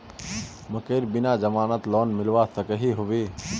मकईर बिना जमानत लोन मिलवा सकोहो होबे?